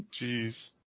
Jeez